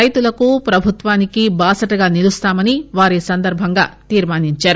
రైతులకు ప్రభుత్వానికి బాసటగా నిలుస్తామని వారు ఈ సందర్బంగా తీర్మానించారు